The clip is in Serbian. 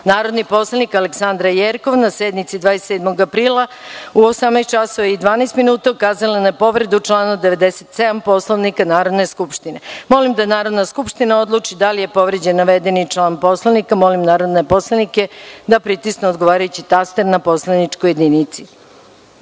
poslanik Aleksandra Jerkov na sednici 27. aprila u 18.12 časova ukazala na povredu člana 97. Poslovnika Narodne skupštine. Molim da Narodna skupština odluči da li je povređen navedeni član Poslovnika. Molim narodne poslanike da pritisnu odgovarajući taster na poslaničkoj